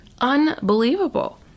Unbelievable